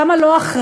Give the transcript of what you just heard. כמה לא אחראי,